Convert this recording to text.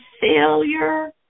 failure